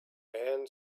man